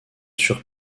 sur